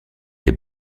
les